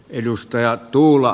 arvoisa puhemies